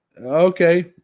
okay